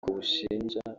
bushinja